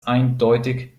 eindeutig